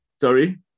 sorry